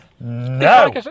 No